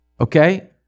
Okay